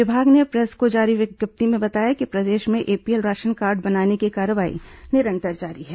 विभाग ने प्रेस को जारी विज्ञप्ति में बताया कि प्रदेश में एपीएल राशन कार्ड बनाने की कार्रवाई निरंतर जारी है